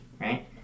right